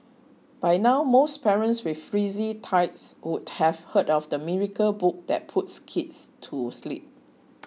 by now most parents with frisky tykes would have heard of the miracle book that puts kids to sleep